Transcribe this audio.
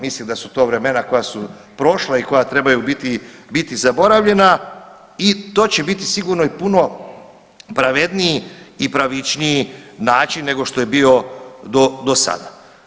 Mislim da su to vremena koja su prošla i koja trebaju biti zaboravljana i to će biti i sigurno puno pravedniji i pravičniji način nego što je bio do sada.